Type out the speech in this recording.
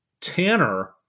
Tanner